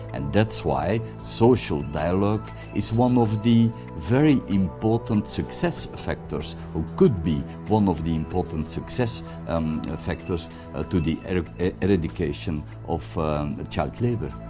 and that's why social dialogue is one of the very important success factors, or could be one of the important success um factor ah to the eradication of child labour.